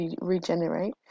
regenerate